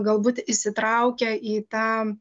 galbūt įsitraukia į tą